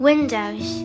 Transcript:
Windows